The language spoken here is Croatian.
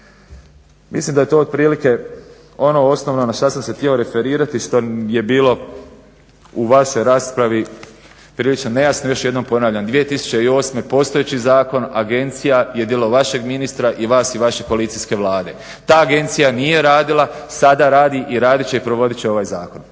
Mislim da je to otprilike ono osnovno na što sam se htio referirati, što je bilo u vašoj raspravi prilično nejasno. Još jednom ponavljam, 2008. postojeći zakon, agencija je djelo vašeg ministra i vas i vaše koalicijske Vlade. Ta agencija nije radila, sad radi i radit će i provodit će ovaj zakon.